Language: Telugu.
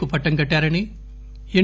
కు పట్టం కట్టారని ఎన్